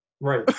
Right